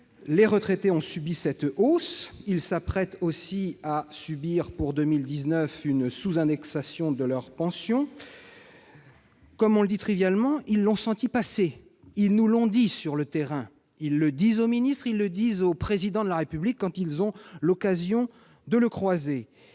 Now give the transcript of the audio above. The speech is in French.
les retraités ont subi cette hausse, mais ils s'apprêtent aussi à subir en 2019 une sous-indexation de leurs pensions. Comme on dit trivialement : ils l'ont senti passer ! Ils nous l'ont dit sur le terrain, et ils le disent aux ministres ou au Président de la République, quand ils ont l'occasion de le croiser.